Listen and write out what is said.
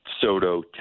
Soto